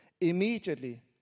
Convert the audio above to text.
Immediately